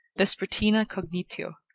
vespertina cognitio,